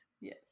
Yes